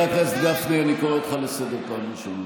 חבר הכנסת גפני, אני קורא אותך לסדר פעם ראשונה.